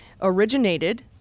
originated